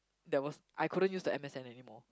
there was I couldn't use the m_s_n anymore